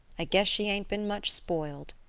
i guess she ain't been much spoiled,